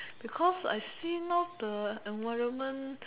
because I see now the environment